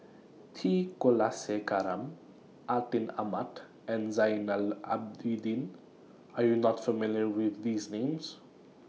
T Kulasekaram Atin Amat and Zainal Abidin Are YOU not familiar with These Names